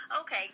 Okay